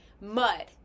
Mud